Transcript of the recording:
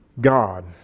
God